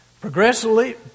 Progressively